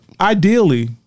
Ideally